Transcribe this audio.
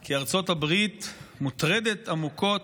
כי ארצות הברית מוטרדת עמוקות,